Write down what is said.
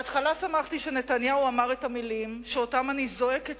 בהתחלה שמחתי שנתניהו אמר את המלים שאותן אני זועקת